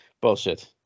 bullshit